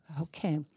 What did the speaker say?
Okay